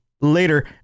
later